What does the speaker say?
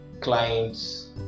clients